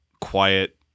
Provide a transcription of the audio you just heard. quiet